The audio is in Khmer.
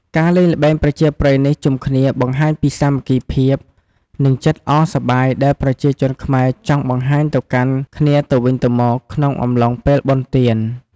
ការលេងល្បែងប្រជាប្រិយនេះជុំគ្នាបង្ហាញពីសាមគ្គីភាព និងចិត្តអរសប្បាយដែលប្រជាជនខ្មែរចង់បង្ហាញទៅកាន់គ្នាទៅវិញទៅមកក្នុងអំឡុងពេលបុណ្យទាន។